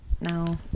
No